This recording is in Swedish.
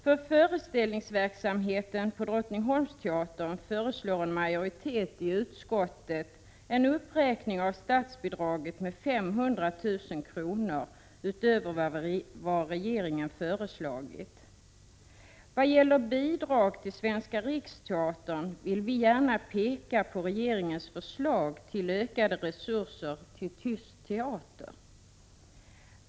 För föreställningsverksamheten på Drottningholmsteatern föreslår en majoritet i utskottet en uppräkning av statsbidraget med 500 000 kr. utöver vad regeringen föreslagit. Vad gäller bidrag till Svenska riksteatern vill vi gärna peka på regeringens förslag till ökade resurser till Tyst teater.